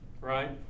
Right